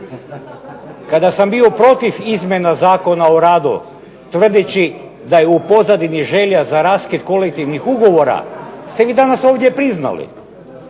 kada sam bio protiv izmjena Zakona o radu, tvrdeći da je u pozadini želja za raskid kolektivnih ugovora, ste vi danas ovdje priznali.